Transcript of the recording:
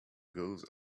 goes